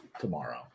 tomorrow